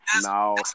No